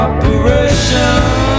Operation